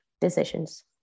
decisions